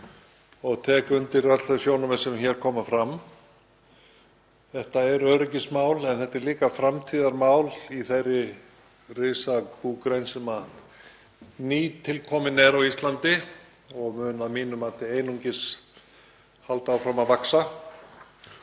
og tek undir öll þau sjónarmið sem hér koma fram. Þetta er öryggismál en þetta er líka framtíðarmál í þeirri risabúgrein sem nýtilkomin er á Íslandi og mun að mínu mati einungis halda áfram að vaxa